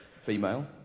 female